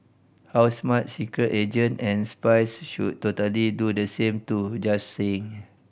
how smart secret agent and spies should totally do the same too just saying